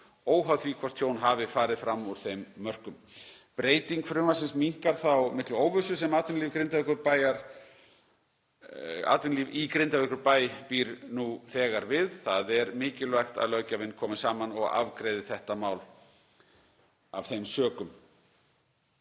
óháð því hvort tjón hafi farið fram úr þeim mörkum. Breyting frumvarpsins minnkar þá miklu óvissu sem atvinnulíf í Grindavíkurbæ býr nú þegar við. Það er mikilvægt að löggjafinn komi saman og afgreiði þetta mál af þeim sökum.